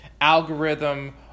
algorithm